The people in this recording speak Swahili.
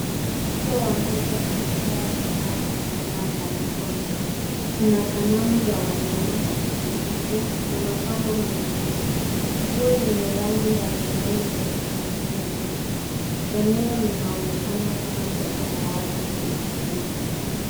Uso wa meza umejaa bidhaa za sanaa za mikono. Kuna sanamu za wanyama, mikufu na mapambo mengine. Nguo zenye rangi mbalimbali zime ninginia nyuma. Eneo lina onekana kama soko la wazi lenye shughuli.